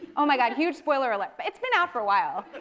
oh my god, huge spoiler alert. it's been out for a while.